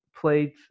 played